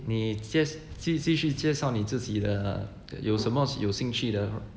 你 just 继续介绍你自己的有什么有兴趣的